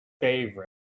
favorite